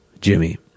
Jimmy